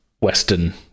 western